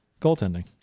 goaltending